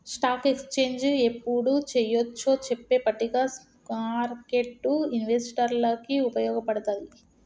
stock exchange యెప్పుడు చెయ్యొచ్చో చెప్పే పట్టిక స్మార్కెట్టు ఇన్వెస్టర్లకి వుపయోగపడతది